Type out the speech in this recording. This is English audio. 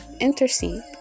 intercede